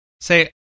say